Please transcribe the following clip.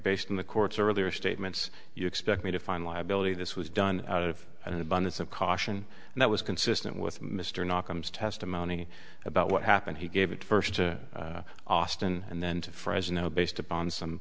based on the court's earlier statements you expect me to find liability this was done out of an abundance of caution and that was consistent with mr not comes testimony about what happened he gave it first to austin and then to fresno based upon some